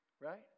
Right